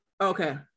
Okay